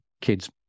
kids